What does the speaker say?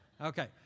Okay